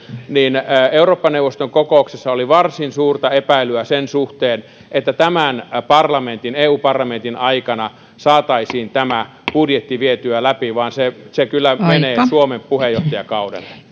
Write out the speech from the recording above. niin eurooppa neuvoston kokouksessa oli varsin suurta epäilyä sen suhteen että tämän eu parlamentin aikana saataisiin tämä budjetti vietyä läpi se se kyllä menee suomen puheenjohtajakaudelle